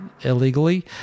illegally